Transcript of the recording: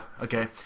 Okay